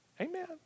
Amen